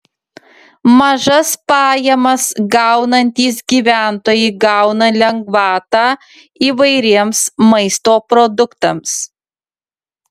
mažas pajamas gaunantys gyventojai gauna lengvatą įvairiems maisto produktams